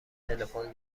تلفن